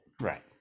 Right